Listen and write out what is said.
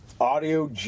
Audio